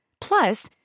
Plus